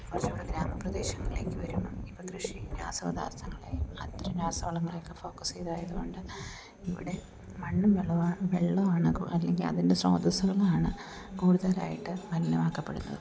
ഒരുപക്ഷെ നമ്മുടെ ഗ്രാമപ്രദേശങ്ങളിലേക്ക് വരുമ്പം ഇപ്പം കൃഷി രാസപദാർത്ഥങ്ങളെയും അത്തരം രാസവളങ്ങളെയൊക്കെ ഫോക്കസ് ചെയ്തത് ആയതുകൊണ്ട് ഇവിടെ മണ്ണും വെള്ളവും വെള്ളമാണ് അല്ലെങ്കിൽ അതിൻ്റെ സ്രോതസ്സുളാണ് കൂടുതലായിട്ട് മലിനമാക്കപ്പെടുന്നത്